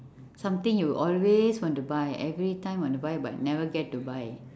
something you always want to buy every time want to buy but never get to buy